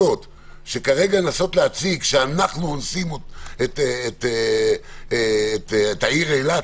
כרגע לנסות להציג שאנחנו אונסים את העיר אילת